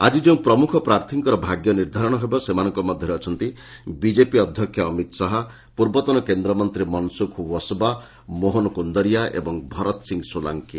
ଆଜି ଯେଉଁ ପ୍ରମୁଖ ପ୍ରାର୍ଥୀମାନଙ୍କର ଭାଗ୍ୟ ନିର୍ଦ୍ଧାରଣ ହେବ ସେମାନଙ୍କ ମଧ୍ୟରେ ଅଛନ୍ତି ବିଜେପି ଅଧ୍ୟକ୍ଷ ଅମିତ୍ ଶାହାପୂର୍ବତନ କେନ୍ଦ୍ରମନ୍ତ୍ରୀ ମନୁସୁଖ ଓ୍ୱସବା ମୋହନ କୁନ୍ଦରୀଆ ଏବଂ ଭରତ ସିଂ ସୋଲାଙ୍କି